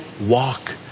walk